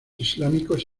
islámicos